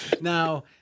Now